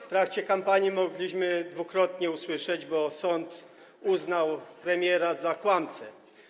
W trakcie kampanii mogliśmy dwukrotnie usłyszeć, że sąd uznał premiera za kłamcę.